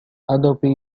adobe